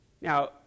Now